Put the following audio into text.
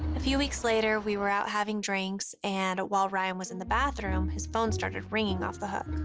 a few weeks later, we were out having drinks, and while ryan was in the bathroom, his phone started ringing off the hook.